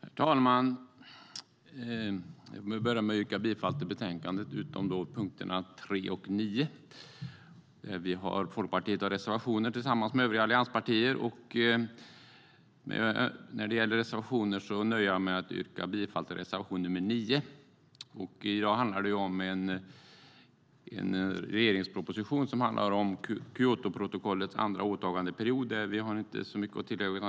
Herr talman! Jag vill börja med att yrka bifall till förslaget i betänkandet, utom punkterna 3 och 9. Folkpartiet har reservationer tillsammans med övriga allianspartier, men jag nöjer mig med att yrka bifall till reservation 9. I dag handlar det om en regeringsproposition om Kyotoprotokollets andra åtagandeperiod. Vi har inte så mycket att tillägga där.